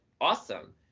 awesome